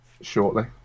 shortly